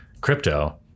crypto